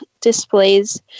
displays